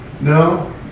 No